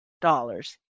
dollars